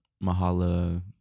Mahala